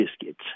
biscuits